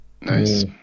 Nice